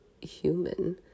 human